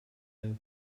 der